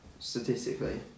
Statistically